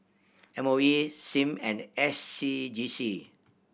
M O E Sim and S C G C